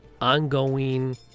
ongoing